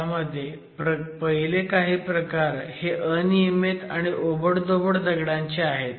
ह्यामध्ये पहिले काही प्रकार हे अनियमित आणि ओबडधोबड दगडांचे आहेत